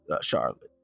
Charlotte